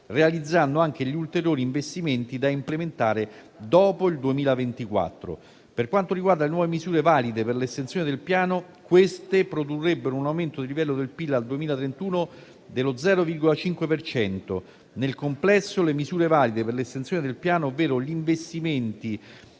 realizzando anche gli ulteriori investimenti da implementare dopo il 2024. Per quanto riguarda le nuove misure valide per l'estensione del Piano, queste produrrebbe un aumento del livello del PIL al 2031 dello 0,5 per cento. Nel complesso, le misure valide per l'estensione del Piano, ovvero gli investimenti